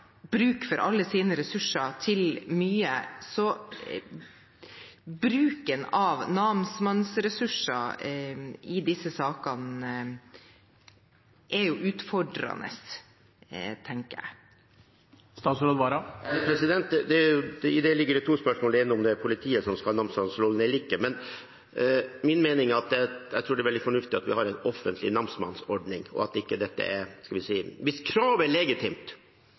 bruk for alle sine ressurser til mye, så bruken av namsmannens ressurser i disse sakene er jo utfordrende, tenker jeg. I det ligger det to spørsmål. Det ene er om det er politiet som skal ha namsmannsrollen eller ikke. Jeg tror det er veldig fornuftig at vi har en offentlig namsmannsordning. Hvis kravet er legitimt og det må igangsettes tvangsfullbyrdelse, er det å ha en offentlig ordning en sivilisert måte å gå fram på for å inndrive kravet.